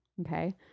Okay